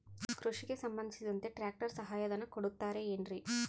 ಕೃಷಿಗೆ ಸಂಬಂಧಿಸಿದಂತೆ ಟ್ರ್ಯಾಕ್ಟರ್ ಸಹಾಯಧನ ಕೊಡುತ್ತಾರೆ ಏನ್ರಿ?